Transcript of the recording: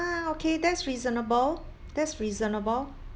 okay that's reasonable that's reasonable